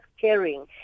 caring